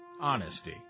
honesty